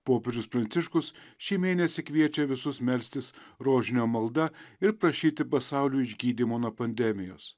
popiežius pranciškus šį mėnesį kviečia visus melstis rožinio malda ir prašyti pasaulio išgydymo nuo pandemijos